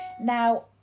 now